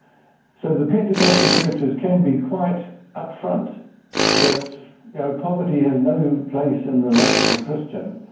so the pentecostal churches can be quite up-front that you know poverty has no place in the life of a christian.